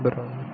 அப்புறம்